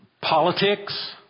politics